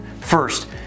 First